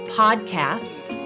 podcasts